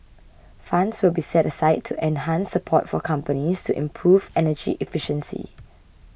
funds will be set aside to enhance support for companies to improve energy efficiency